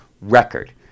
record